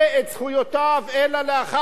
אלא לאחר שכיתת את רגליו.